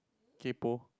kaypoh